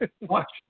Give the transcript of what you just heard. watch